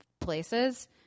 places